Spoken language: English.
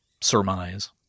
surmise